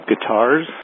guitars